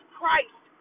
Christ